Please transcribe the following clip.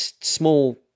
small